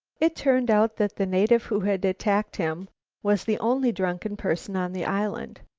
it turned out that the native who had attacked him was the only drunken person on the island.